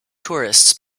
tourists